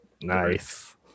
Nice